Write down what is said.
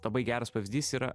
labai geras pavyzdys yra